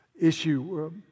issue